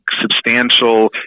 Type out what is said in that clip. substantial